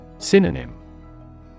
Synonym